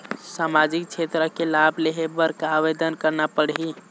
सामाजिक क्षेत्र के लाभ लेहे बर का आवेदन करना पड़ही?